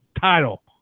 title